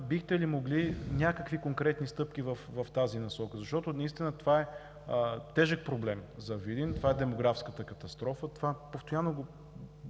бихте ли могли – някакви конкретни стъпки в тази насока? Защото това е тежък проблем за Видин. Това е демографската катастрофа. Постоянно го